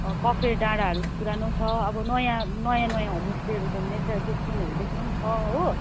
कफेर डाँडाहरू पुरानो छ अब नयाँ नयाँ नयाँ होमस्टेहरू घुम्ने त्यो सिनहरू देख्ने पनि छ हो